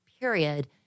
period